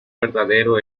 verdadero